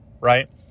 right